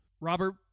Robert